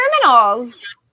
criminals